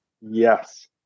Yes